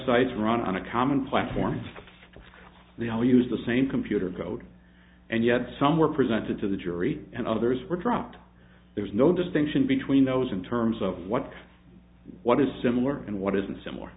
websites run on a common platform and they all use the same computer code and yet some were presented to the jury and others were dropped there's no distinction between those in terms of what what is similar and what isn't similar